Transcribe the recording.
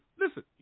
listen